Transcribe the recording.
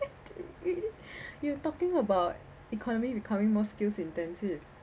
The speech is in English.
you're talking about economy becoming more skills intensive